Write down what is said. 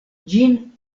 ĝin